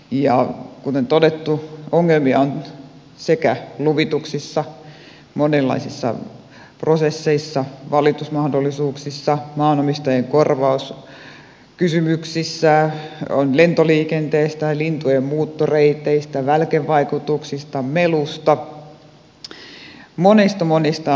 ja kuten todettu ongelmia on sekä luvituksissa monenlaisissa prosesseissa valitusmahdollisuuksissa maanomistajien korvauskysymyksissä lentoliikenteessä lintujen muuttoreiteissä välkevaikutuksissa melussa monissa monissa asioissa